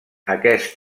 aquest